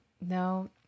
No